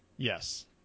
Yes